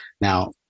now